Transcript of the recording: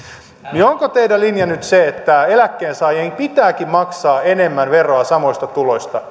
niin onko teidän linjanne nyt se että keskituloisen eläkkeensaajan pitääkin maksaa enemmän veroa samoista tuloista